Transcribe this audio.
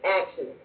action